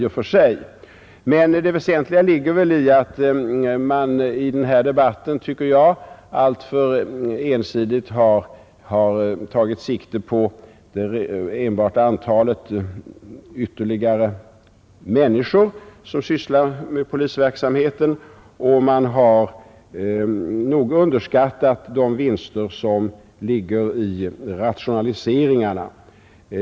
Det väsentliga ligger emellertid i att man i denna debatt enlig min mening alltför ensidigt har tagit sikte bara på tillskottet av människor som skall syssla med polisverksamhet och underskattat de vinster som ligger i rationaliseringarna.